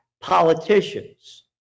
politicians